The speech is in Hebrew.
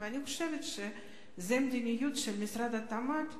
ואני חושבת שזאת מדיניות של משרד התמ"ת,